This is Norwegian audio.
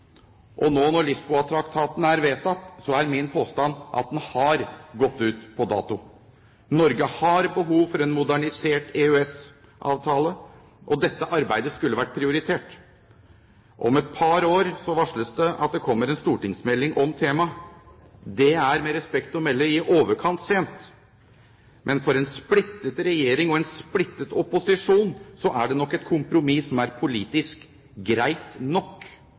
Og nå når Lisboa-traktaten er vedtatt, er min påstand at den har gått ut på dato. Norge har behov for en modernisert EØS-avtale, og dette arbeidet skulle vært prioritert. Det varsles at det kommer en stortingsmelding om temaet om et par år. Det er med respekt å melde i overkant sent. Men for en splittet regjering og en splittet opposisjon er det nok et kompromiss som er politisk greit nok.